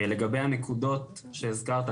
לגבי הנקודות שהזכרת,